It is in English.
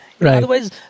otherwise